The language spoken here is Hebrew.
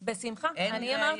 בשמחה, אני אמרתי.